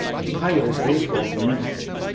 a priority for the new state.